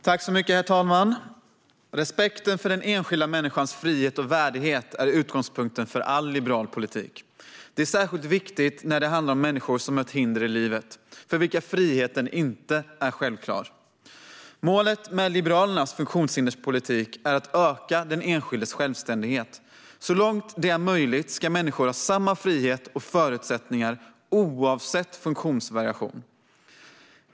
Herr talman! Respekten för den enskilda människans frihet och värdighet är utgångspunkten för all liberal politik. Det är särskilt viktigt när det handlar om människor som mött hinder i livet och för vilka friheten inte är självklar. Målet med Liberalernas funktionshinderspolitik är att öka den enskildes självständighet. Så långt det är möjligt ska människor ha samma frihet och förutsättningar oavsett funktionsvariation.